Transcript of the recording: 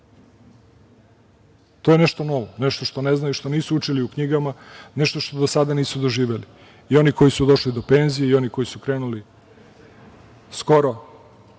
To je nešto novo, nešto što ne znaju, što nisu učili u knjigama, nešto što do sada nisu doživeli i oni koji su došli do penzije i oni koji su krenuli skoro